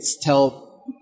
tell